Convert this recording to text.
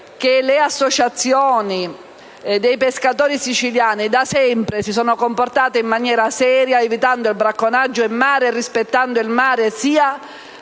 che le associazioni dei pescatori siciliani da sempre si sono comportate in maniera seria, evitando il bracconaggio in mare e rispettando il mare, sia